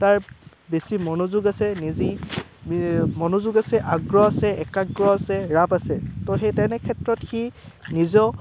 তাৰ বেছি মনোযোগ আছে বেছি মনোযোগ আছে আগ্ৰহ আছে একাগ্ৰহ আছে ৰাপ আছে তো তেনে ক্ষেত্ৰত সি নিজেও